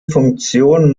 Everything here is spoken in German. funktion